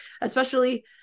especially-